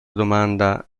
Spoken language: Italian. domanda